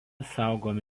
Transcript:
saugomi